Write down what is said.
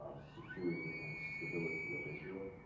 ah security and stability of israel,